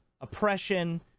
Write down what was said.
oppression